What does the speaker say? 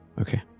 Okay